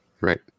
Right